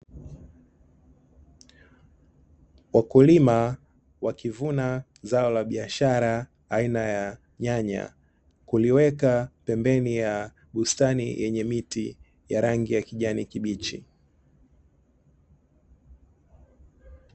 Wakulima wakivuna zao la biashara aina ya nyanya, kuliweka pembeni ya bustani yenye miti ya rangi ya kijani kibichi.